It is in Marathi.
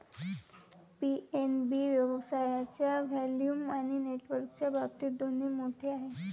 पी.एन.बी व्यवसायाच्या व्हॉल्यूम आणि नेटवर्कच्या बाबतीत दोन्ही मोठे आहे